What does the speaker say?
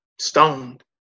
stoned